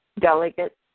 delegate